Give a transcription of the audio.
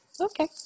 Okay